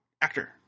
actor